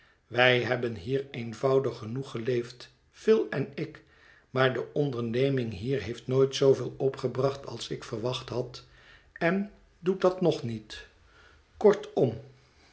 wij hebben hier eenvoudig genoeg geleefd phil en ik maar de onderneming hier heeft nooit zooveel opgebracht als ik verwacht had en doet dat nog niet kortom